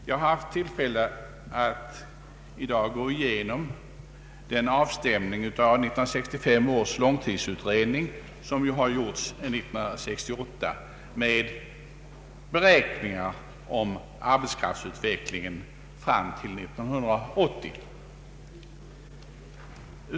Jag har haft tillfälle att gå igenom den avstämning av 1965 års långtidsutredning som gjordes 1968 med beräkningar rörande arbetskraftsutvecklingen fram till 1980.